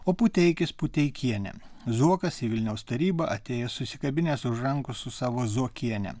o puteikis puteikienę zuokas į vilniaus tarybą atėjęs susikabinęs už rankos su savo zuokiene